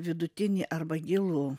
vidutinį arba gilų